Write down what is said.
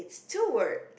don't worry